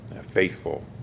Faithful